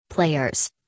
players